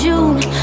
June